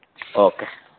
okay